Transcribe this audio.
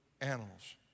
animals